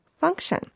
function